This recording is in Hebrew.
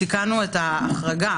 תיקנו את ההחרגה,